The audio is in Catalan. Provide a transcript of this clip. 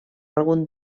algun